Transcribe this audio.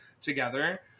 together